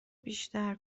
بیشتر